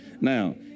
Now